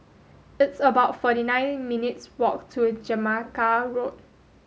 it's about forty nine minutes' walk to Jamaica Road